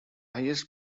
highest